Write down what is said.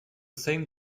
same